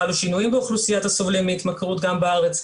חלו שינויים באוכלוסיית הסובלים מהתמכרות גם בארץ,